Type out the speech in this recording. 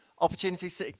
opportunities